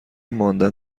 ماندن